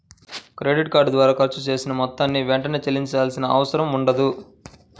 credit card ద్వారా ఖర్చు చేసిన మొత్తాన్ని వెంటనే చెల్లించాల్సిన అవసరం ఉండదు